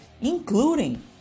Including